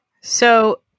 So-